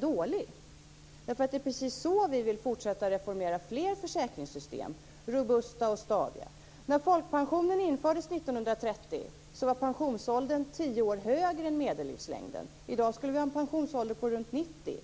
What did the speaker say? Det är nämligen precis så vi vill fortsätta att reformera fler försäkringssystem så de blir robusta och stadiga. När folkpensionen infördes 1930 var pensionsåldern tio år högre än medellivslängden. I dag skulle vi ha en pensionsålder på runt 90.